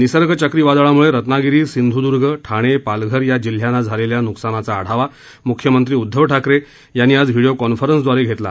निसर्ग चक्रीवादळामुळे रत्नागिरी सिंधुदुर्ग ठाणे पालघर या जिल्ह्यांना झालेल्या नुकसानाचा आढावा मुख्यमंत्री उद्धव ठाकरे यांनी आज व्हिडीओ कॉन्फरन्सद्वारे घेतला